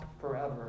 forever